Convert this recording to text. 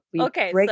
okay